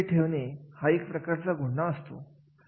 कार्य करण्यासाठी कोणत्या पद्धती निवडायच्या हे ठरवण्यात येते